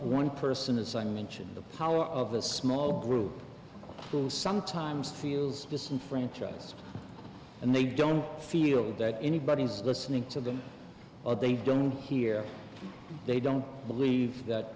one person as i mentioned the power of a small group who sometimes feels disenfranchised and they don't feel that anybody is listening to them they don't hear they don't believe that